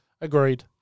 Agreed